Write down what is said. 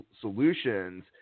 solutions